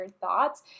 thoughts